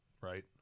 right